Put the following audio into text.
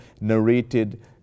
narrated